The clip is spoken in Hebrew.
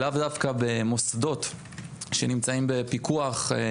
לאו דווקא במוסדות שנמצאים בפיקוח המועצה